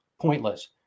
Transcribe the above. pointless